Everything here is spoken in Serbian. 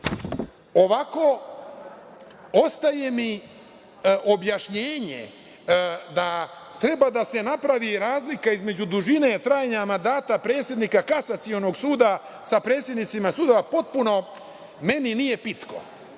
mi ostaje objašnjenje da treba da se napravi razlika između dužine trajanja mandata predsednika Kasacionog suda sa predsednicima sudova koje meni potpuno nije pitko.